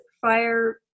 fire